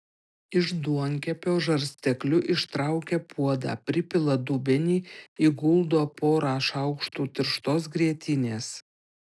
iš duonkepio žarstekliu ištraukia puodą pripila dubenį įguldo porą šaukštų tirštos grietinės